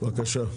בבקשה.